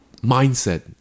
mindset